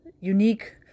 unique